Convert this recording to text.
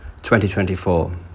2024